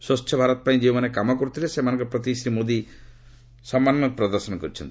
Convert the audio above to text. ସ୍ୱଚ୍ଚଭାରତ ପାଇଁ ଯେଉଁମାନେ କାମ କରୁଥିଲେ ସେମାନଙ୍କ ପ୍ରତି ଶ୍ରୀ ମୋଦି ସମ୍ମାନ ପ୍ରଦର୍ଶନ କରିଛନ୍ତି